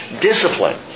discipline